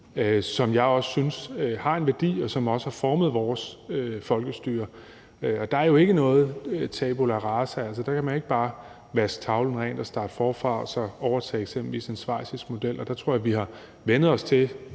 som jeg også synes har en værdi, og som også har formet vores folkestyre. Og der er jo ikke noget tabula rasa; altså, man kan jo ikke bare vaske tavlen ren og starte forfra og så overtage eksempelvis en schweizisk model. Der tror jeg, at vi har vænnet os til,